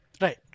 Right